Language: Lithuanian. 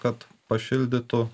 kad pašildytų